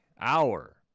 Hour